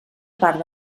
part